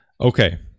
Okay